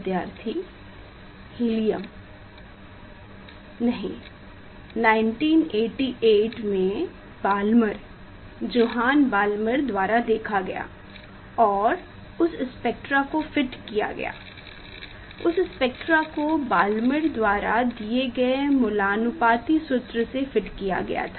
विद्यार्थी हीलियम 1988 में Balmer Johann Balmer द्वारा देखा गया और उस स्पेक्ट्रा को फिट किया गया उस स्पेक्ट्रा को बाल्मर द्वारा दिए गए मूलानुपाती सूत्र से फिट किया गया था